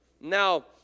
Now